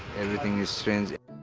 everything is strange.